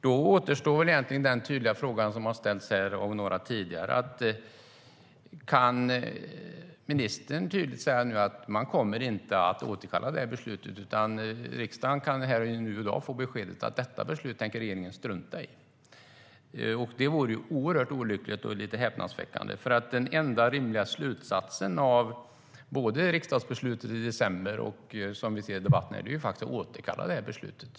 Då återstår egentligen den tydliga fråga som har ställts av några tidigare: Kan ministern tydligt säga att man inte kommer att återkalla beslutet och att riksdagen här i dag kan få beskedet att regeringen tänker strunta i riksdagens beslut? Det vore oerhört olyckligt och lite häpnadsväckande. Den enda rimliga slutsatsen av både riksdagsbeslutet i december och debatten i riksdagen är att återkalla beslutet.